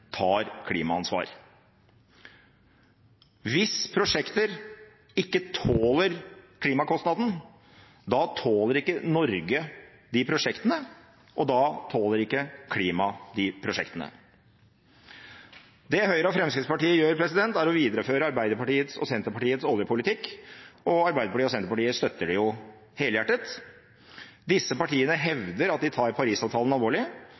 tar klimaansvar. Hvis prosjekter ikke tåler klimakostnaden, da tåler ikke Norge de prosjektene, og da tåler ikke klimaet de prosjektene. Det Høyre og Fremskrittspartiet gjør, er å videreføre Arbeiderpartiets og Senterpartiets oljepolitikk, og Arbeiderpartiet og Senterpartiet støtter det jo helhjertet. Disse partiene hevder at de tar Paris-avtalen alvorlig,